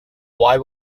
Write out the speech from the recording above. why